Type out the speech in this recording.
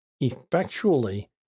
effectually